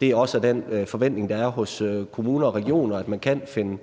det også er den forventning, der er hos kommuner og regioner, at man kan finde